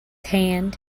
hand